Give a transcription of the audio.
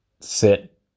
sit